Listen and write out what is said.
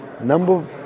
number